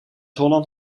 holland